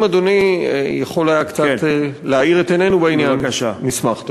אם אדוני יכול קצת להאיר את עינינו בעניין, נשמח.